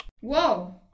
Whoa